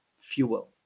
fuel